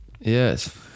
Yes